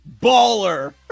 baller